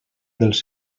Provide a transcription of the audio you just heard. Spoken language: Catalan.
dels